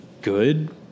good